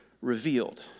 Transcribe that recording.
revealed